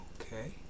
Okay